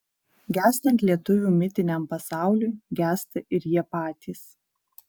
gęstant lietuvių mitiniam pasauliui gęsta ir jie patys